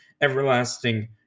everlasting